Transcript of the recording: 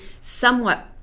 somewhat